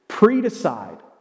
pre-decide